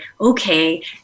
okay